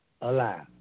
alive